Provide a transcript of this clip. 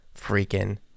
freaking